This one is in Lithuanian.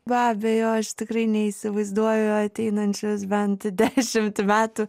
be abejo aš tikrai neįsivaizduoju ateinančius bent dešimt metų